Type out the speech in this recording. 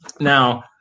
Now